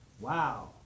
Wow